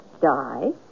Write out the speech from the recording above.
die